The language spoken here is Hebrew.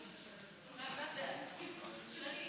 לוועדת העבודה, הרווחה